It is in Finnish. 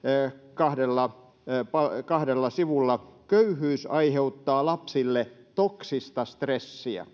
kahdella kahdella sivulla köyhyys aiheuttaa lapsille toksista stressiä